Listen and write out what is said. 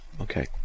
Okay